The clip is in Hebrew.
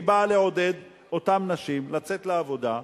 היא באה לעודד את אותן נשים לצאת לעבודה.